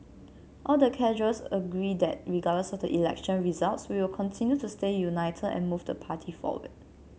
all the cadres agree that regardless of the election results we'll continue to stay united and move the party forward